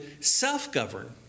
self-govern